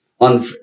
On